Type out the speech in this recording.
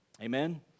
Amen